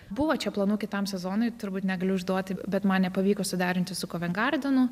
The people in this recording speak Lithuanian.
buvo čia planų kitam sezonui turbūt negaliu išduoti bet man nepavyko suderinti su kovengardenu